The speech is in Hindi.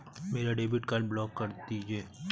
मेरा डेबिट कार्ड ब्लॉक कर दीजिए